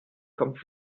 kommt